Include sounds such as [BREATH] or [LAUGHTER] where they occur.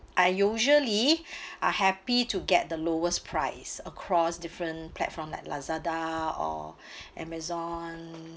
I usually [BREATH] are happy to get the lowest price across different platform like Lazada or [BREATH] Amazon